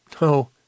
No